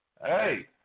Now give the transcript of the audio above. hey